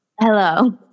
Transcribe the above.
Hello